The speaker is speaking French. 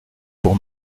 pour